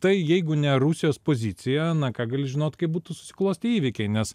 tai jeigu ne rusijos pozicija na ką gali žinot kaip būtų susiklostę įvykiai nes